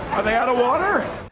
are they out of water?